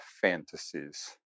fantasies